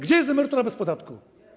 Gdzie jest emerytura bez podatku?